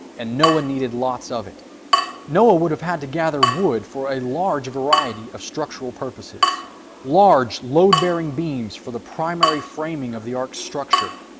and noah needed lots of it noah would have had to gather wood for a large variety of structural purposes large load-bearing beams for the primary framing of the ark's structure,